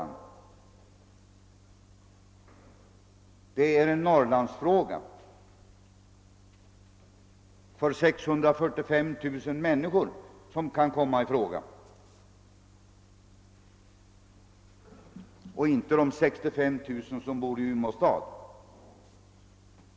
Det är en Norrlandsfråga; 645 000 människor berörs av den och inte de 65 000 som bor i Umeå stad.